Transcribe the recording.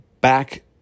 back